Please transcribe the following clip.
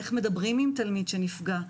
איך מדברים עם תלמיד שנפגע.